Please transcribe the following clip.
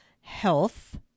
health